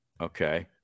Okay